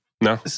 No